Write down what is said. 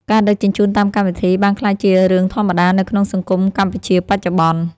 ការដឹកជញ្ជូនតាមកម្មវិធី បានក្លាយជារឿងធម្មតានៅក្នុងសង្គមកម្ពុជាបច្ចុប្បន្ន។